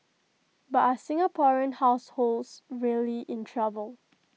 but are Singaporean households really in trouble